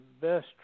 best